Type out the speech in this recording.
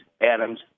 Adams